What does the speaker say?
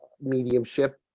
mediumship